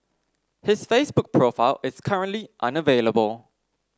his Facebook profile is currently unavailable